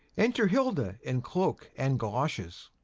enter hilda in cloak and goloshes.